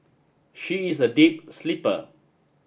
she is a deep sleeper